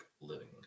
living